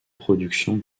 production